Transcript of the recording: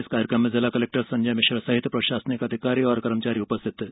इस कार्यक्रम में जिला कलेक्टर संजय मिश्रा प्रशासनिक अधिकारी और कर्मचारी उपस्थित थे